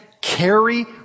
carry